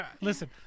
Listen